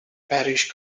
parish